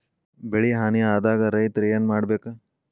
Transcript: ಬೆಳಿ ಹಾನಿ ಆದಾಗ ರೈತ್ರ ಏನ್ ಮಾಡ್ಬೇಕ್?